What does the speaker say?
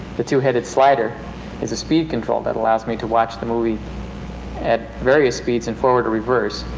the two-headed slider is a speed control that allows me to watch the movie at various speeds, in forward or reverse.